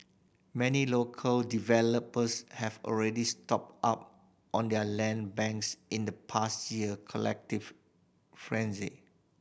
many local developers have already stocked up on their land banks in the past year collective frenzy